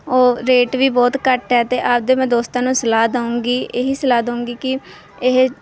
ਉਹ ਰੇਟ ਵੀ ਬਹੁਤ ਘੱਟ ਹੈ ਅਤੇ ਆਪਦੇ ਮੈਂ ਦੋਸਤਾਂ ਨੂੰ ਸਲਾਹ ਦਊਗੀ ਇਹੀ ਸਲਾਹ ਦਊਗੀ ਕਿ ਇਹ